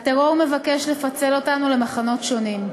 הטרור מבקש לפצל אותנו למחנות שונים,